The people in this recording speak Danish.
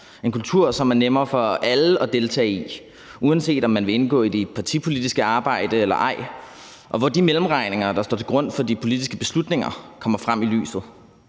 en kultur, som er nemmere for alle at deltage i, uanset om man vil indgå i det partipolitiske arbejde eller ej, og hvor de mellemregninger, der ligger til grund for de politiske beslutninger, kommer frem i lyset.